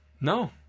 No